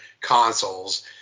consoles